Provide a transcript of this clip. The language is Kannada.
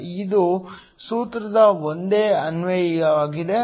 ಇದು ಸೂತ್ರದ ಒಂದೇ ಅನ್ವಯವಾಗಿದೆ